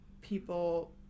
people